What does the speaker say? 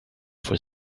for